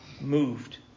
moved